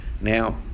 Now